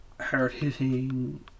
hard-hitting